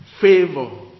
Favor